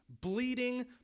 bleeding